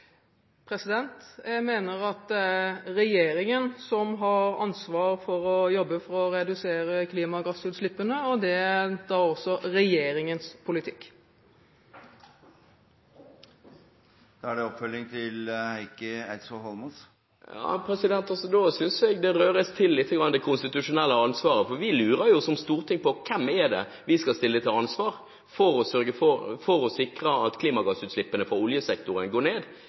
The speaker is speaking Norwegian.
Jeg mener at det er regjeringen som har ansvaret for å jobbe for å redusere klimagassutslippene, og det er da også regjeringens politikk. Da synes jeg det konstitusjonelle ansvaret røres litt til. For som storting lurer vi jo på hvem vi skal stille til ansvar når det gjelder å sikre at klimagassutslippene fra oljesektoren går ned. Er det Tine Sundtoft, eller er det statsråd Tord Lien? Det er klima- og miljøministeren som har det konstitusjonelle ansvaret for